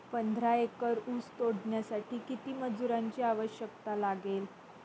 पंधरा एकर ऊस तोडण्यासाठी किती मजुरांची आवश्यकता लागेल?